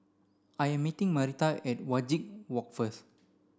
I am meeting Marita at Wajek Walk first